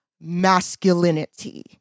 masculinity